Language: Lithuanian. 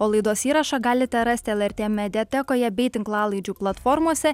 o laidos įrašą galite rasti lrt mediatekoje bei tinklalaidžių platformose